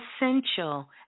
essential